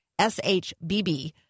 SHBB